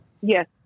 Yes